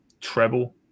treble